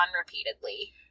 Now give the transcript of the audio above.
repeatedly